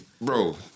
bro